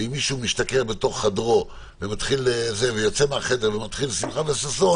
ואם מישהו משתכר בתוך חדרו ויוצא מהחדר ומתחיל שמחה וששון,